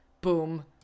boom